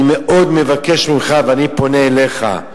אני מאוד מבקש ממך ואני פונה אליך.